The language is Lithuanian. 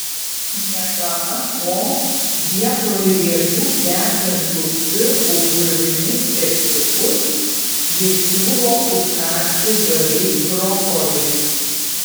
negana to vietoj riebių kepintų spirgų bulvinius keksiukus jis siūlo užkąsti žaliais brokoliais